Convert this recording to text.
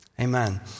Amen